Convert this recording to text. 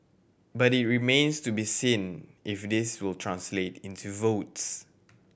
but it remains to be seen if this will translate into votes